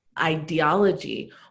ideology